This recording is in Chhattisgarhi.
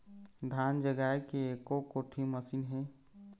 धान जगाए के एको कोठी मशीन हे?